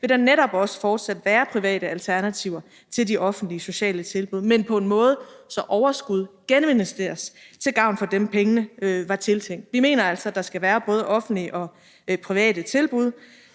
vil der netop også fortsat være private alternativer til de offentlige sociale tilbud, men på en måde, så overskud geninvesteres til gavn for dem, pengene var tiltænkt. Vi mener altså, at der skal være både offentlige og private tilbud.